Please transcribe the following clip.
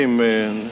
Amen